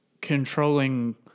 controlling